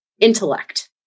intellect